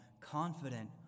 confident